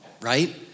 right